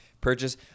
purchase